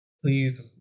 Please